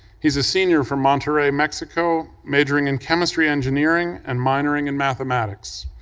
he's a senior from monterey, mexico, majoring in chemistry-engineering and minoring in mathematics.